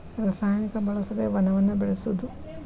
ರಸಾಯನಿಕ ಬಳಸದೆ ವನವನ್ನ ಬೆಳಸುದು